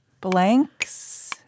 blanks